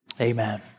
Amen